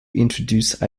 introduce